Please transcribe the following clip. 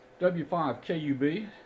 W5KUB